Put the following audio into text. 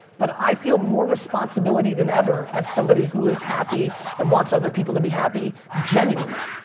but i feel more responsibility than ever as somebody who is happy and wants other people to be happy, genuinely,